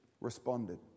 responded